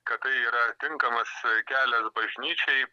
kad tai yra tinkamas kelias bažnyčiai